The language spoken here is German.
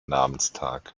namenstag